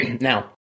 Now